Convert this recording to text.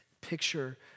Picture